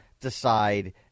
decide